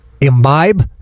imbibe